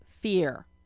Fear